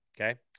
okay